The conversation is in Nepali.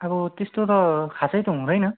अब त्यस्तो त खासै त हुँदैन